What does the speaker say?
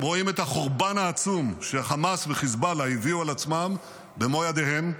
הם רואים את החורבן העצום שחמאס וחיזבאללה הביאו על עצמם במו ידיהם,